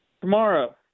Tomorrow